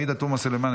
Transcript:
עאידה תומא סלימאן,